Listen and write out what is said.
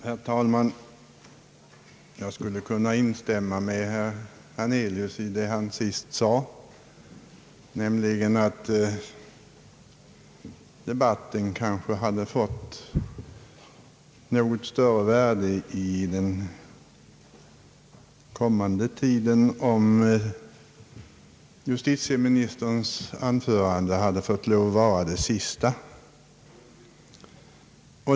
Herr talman! Jag skulle kunna instämma i vad herr Hernelius senast sade, nämligen att debatten kanske ha de fått något större värde för framtiden om justitieministerns anförande hade fått vara det sista.